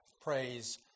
Praise